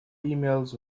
emails